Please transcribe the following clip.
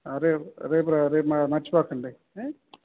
రేపు రేపు రేపు మరి మర్చిపోకండి ఏ